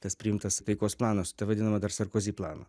tas priimtas taikos planas tai vadinama dar sarkozi planu